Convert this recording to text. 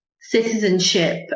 citizenship